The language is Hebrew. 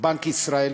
בנק ישראל,